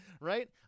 right